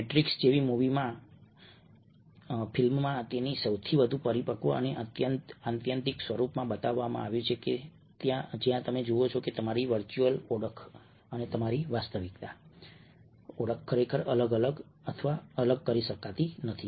the Matrix જેવી મૂવીની ફિલ્મમાં તેના સૌથી વધુ પરિપક્વ અને આત્યંતિક સ્વરૂપમાં બતાવવામાં આવ્યું છે જ્યાં તમે જુઓ છો કે તમારી વર્ચ્યુઅલ ઓળખ અને તમારી વાસ્તવિક ઓળખ ખરેખર અલગ અથવા અલગ કરી શકાતા નથી